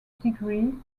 degree